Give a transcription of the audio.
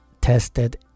tested